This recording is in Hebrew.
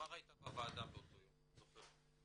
תמר הייתה בוועדה באותו יום, אני זוכר.